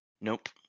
Nope